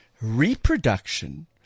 reproduction